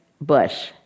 Bush